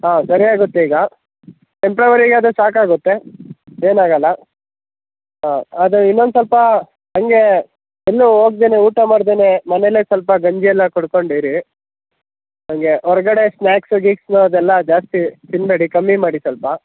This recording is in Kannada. ಹಾಂ ಸರಿಯಾಗುತ್ತೆ ಈಗ ಟೆಂಪ್ರವರಿಗೆ ಅದು ಸಾಕಾಗುತ್ತೆ ಏನಾಗೋಲ್ಲ ಹಾಂ ಅದು ಇನೊಂದು ಸ್ವಲ್ಪ ಹಂಗೇ ಎಲ್ಲು ಹೋಗದೆನೆ ಊಟ ಮಾಡದೆನೆ ಮನೇಲೆ ಸ್ವಲ್ಪ ಗಂಜಿಯೆಲ್ಲ ಕುಡ್ಕೊಂಡು ಇರಿ ಹಂಗೇ ಹೊರ್ಗಡೆ ಸ್ನ್ಯಾಕ್ಸು ಗೀಕ್ಸು ಅದೆಲ್ಲ ಜಾಸ್ತಿ ತಿನ್ನಬೇಡಿ ಕಮ್ಮಿ ಮಾಡಿ ಸ್ವಲ್ಪ